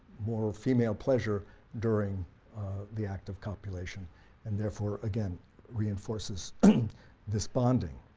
more female pleasure during the act of copulation and therefore again reinforces this bonding.